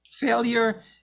failure